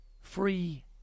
free